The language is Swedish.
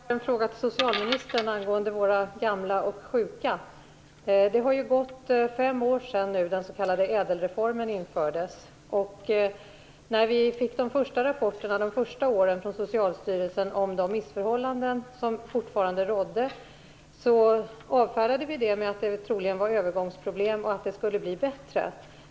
Fru talman! Jag har en fråga till socialministern angående våra gamla och sjuka. Det har ju gått fem år nu sedan den s.k. ädelreformen infördes. När vi under de första åren fick de första rapporterna från Socialstyrelsen om de missförhållanden som fortfarande rådde avfärdade vi detta med att det troligen rörde sig om övergångsproblem och att det skulle bli bättre.